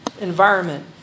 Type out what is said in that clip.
environment